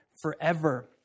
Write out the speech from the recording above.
forever